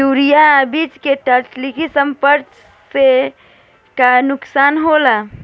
उर्वरक अ बीज के तत्काल संपर्क से का नुकसान होला?